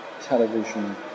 television